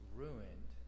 ruined